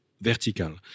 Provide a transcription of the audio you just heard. Vertical